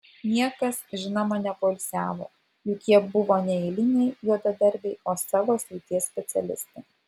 niekas žinoma nepoilsiavo juk jie buvo ne eiliniai juodadarbiai o savo srities specialistai